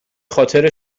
خاطر